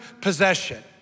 possession